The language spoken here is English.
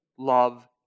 Love